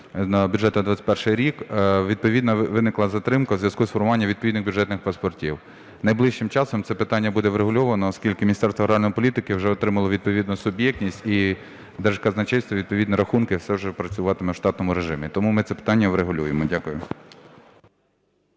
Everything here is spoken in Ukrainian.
в бюджет на 21-й рік відповідно виникла затримка у зв'язку з формуванням відповідних бюджетних паспортів. Найближчим часом це питання буде врегульовано, оскільки Міністерство аграрної політики вже отримало відповідну суб'єктність і Держказначейство відповідні рахунки, все вже працюватиме в штатному режимі. Тому ми це питання врегулюємо. Дякую.